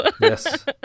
Yes